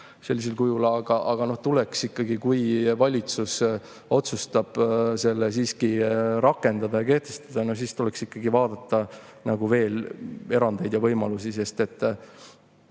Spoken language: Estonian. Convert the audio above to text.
sellisel kujul mõistlik. Aga ikkagi, kui valitsus otsustab selle siiski rakendada ja kehtestada, siis tuleks vaadata veel erandeid ja võimalusi, sest maal